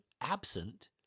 absent